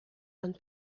and